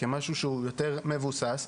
כמשהו שהוא יותר מבוסס.